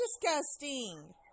disgusting